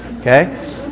okay